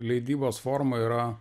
leidybos forma yra